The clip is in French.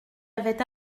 avait